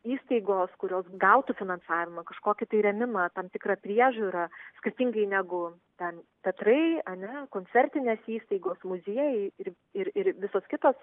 įstaigos kurios gautų finansavimą kažkokį tai perėmimą tam tikrą priežiūrą skirtingai negu ten teatrai ar ne koncertinės įstaigos muziejai ir ir ir visos kitos